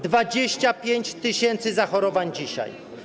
25 tys. zachorowań dzisiaj.